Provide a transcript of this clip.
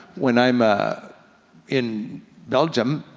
when i'm ah in belgium,